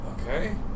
Okay